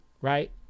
right